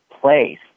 place